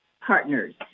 partners